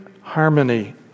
harmony